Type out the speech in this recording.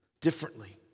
differently